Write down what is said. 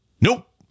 Nope